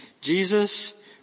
Jesus